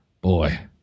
boy